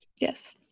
Yes